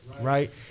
Right